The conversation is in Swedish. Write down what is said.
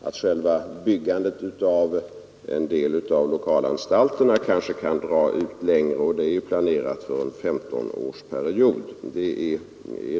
Att själva byggandet av en del av lokalanstalterna kanske kan dra ut längre på tiden — byggandet är planerat för en femtonårsperiod — är en annan sak.